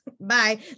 bye